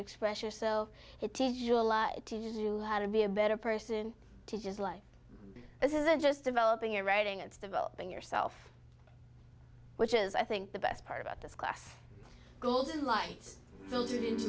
expression sell it to be a better person to just like this isn't just developing a writing it's developing yourself which is i think the best part about this class golden lights filtered into